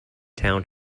town